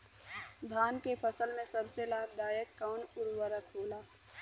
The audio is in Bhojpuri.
धान के फसल में सबसे लाभ दायक कवन उर्वरक होला?